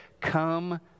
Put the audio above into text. come